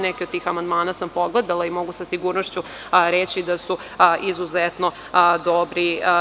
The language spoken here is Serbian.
Neke od tih amandmana sam pogledala i mogu sa sigurnošću reći da su izuzetno dobri.